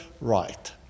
right